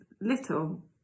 little